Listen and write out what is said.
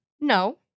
no